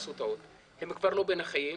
טעות, הם כבר לא בין החיים.